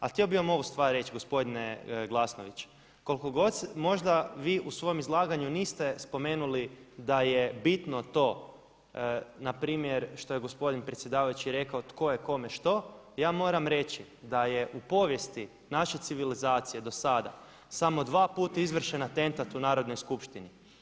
Ali htio bi vam ovu stvar reći gospodine Glasnović, koliko god možda vi u svom izlaganju niste spomenuli da je bitno to npr. što je gospodin predsjedavajući rekao tko je kome što, ja moram reći da je u povijesti naše civilizacije do sada samo dva puta izvršen atentat u Narodnoj skupštini.